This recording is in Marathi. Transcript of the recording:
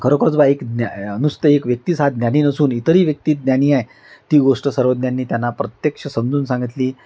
खरोखरच बा एक ज्ञ नुसत एक व्यक्तीच हा ज्ञानी नसून इतरही व्यक्ती ज्ञानी आहे ती गोष्ट सर्वज्ञांनी त्यांना प्रत्यक्ष समजून सांगितली